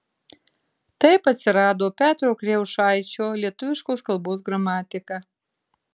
taip atsirado petro kriaušaičio lietuviškos kalbos gramatika